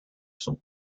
son